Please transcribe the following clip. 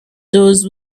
those